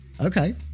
okay